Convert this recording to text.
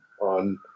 on